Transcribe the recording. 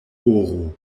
oro